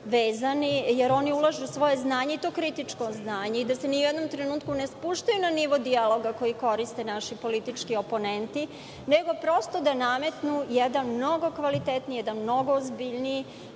vezani, jer oni ulažu svoje znanje i to kritičko znanje i da se ni u jednom trenutku ne spuštaju na nivo dijaloga koji koriste naši politički oponenti, nego da nametnu jedan mnogo kvalitetniji, jedan mnogo ozbiljniji